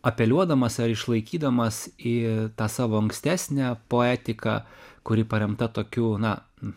apeliuodamas ar išlaikydamas į tą savo ankstesnę poetiką kuri paremta tokiu na